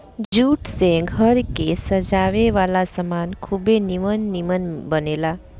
jute से घर के सजावे वाला सामान खुबे निमन निमन बनेला